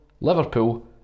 Liverpool